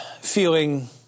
feeling